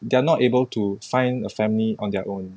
they are not able to find a family on their own